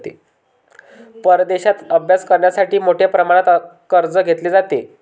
परदेशात अभ्यास करण्यासाठी मोठ्या प्रमाणात कर्ज घेतले जाते